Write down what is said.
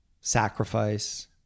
sacrifice